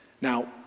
Now